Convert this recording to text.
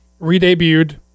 redebuted